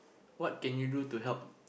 what can you do to help